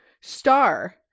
star